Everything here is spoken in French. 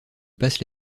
passent